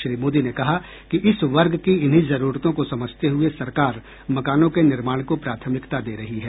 श्री मोदी ने कहा कि इस वर्ग की इन्हीं जरूरतों को समझते हुए सरकार मकानों के निर्माण को प्राथमिकता दे रही है